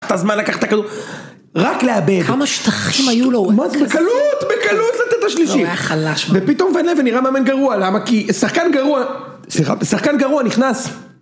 אז מה לקחת כדור? רק לאבד. כמה שטחים היו לו? מה זה? בקלות, בקלות לתת את השלישי. זה היה חלש מה. ופתאום ון לבן נראה מאמן גרוע, למה? כי שחקן גרוע... סליחה? שחקן גרוע נכנס.